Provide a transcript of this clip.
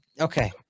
okay